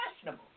fashionable